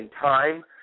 time